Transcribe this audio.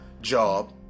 job